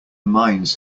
mines